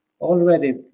already